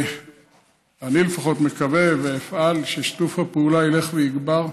אני לפחות מקווה ואפעל ששיתוף הפעולה ילך ויגבר.